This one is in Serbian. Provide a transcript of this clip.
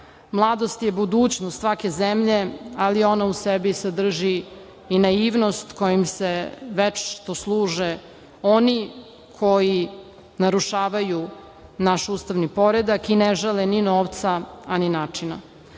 mladost je budućnost svake zemlje, ali ona u sebi sadrži i naivnost kojom se večno služe oni koji narušavaju naš ustavni poredak i ne žale ni novca, a ni načina.